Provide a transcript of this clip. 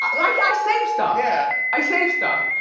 i like i save stuff, yeah i save stuff.